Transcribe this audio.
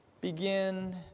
begin